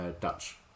Dutch